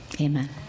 Amen